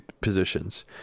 positions